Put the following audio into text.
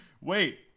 wait